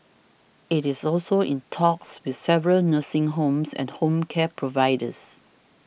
it is also in talks with several nursing homes and home care providers